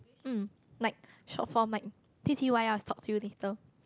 mm like short form like T_T_Y_L talk to you later